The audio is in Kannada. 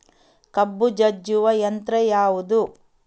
ಕಬ್ಬು ಜಜ್ಜುವ ಯಂತ್ರ ಯಾವುದು?